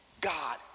God